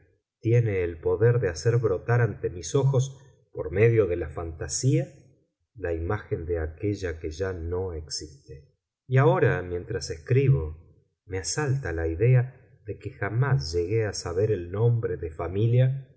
tiene el poder de hacer brotar ante mis ojos por medio de la fantasía la imagen de aquella que ya no existe y ahora mientras escribo me asalta la idea de que jamás llegué a saber el nombre de familia